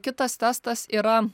kitas testas yra